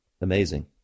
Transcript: Amazing